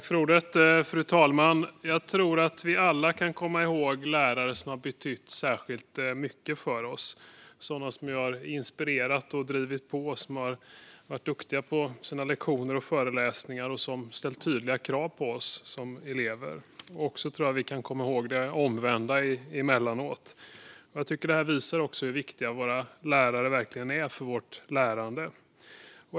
Fru talman! Jag tror att vi alla kan komma ihåg lärare som har betytt särskilt mycket för oss, sådana som har inspirerat och drivit på, som har varit duktiga på sina lektioner och föreläsningar och som ställt tydliga krav på oss som elever. Jag tror att vi också kan komma ihåg det omvända emellanåt. Jag tycker att det här visar hur viktiga lärare verkligen är för vårt lärande.